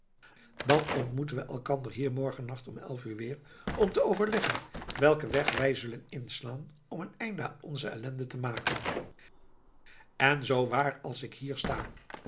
dan ontmoeten we elkander hier morgen nacht om elf uur weer om te overleggen welken weg wij zullen inslaan om een einde aan onze ellende te maken en zoo waar als ik hier sta